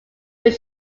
rear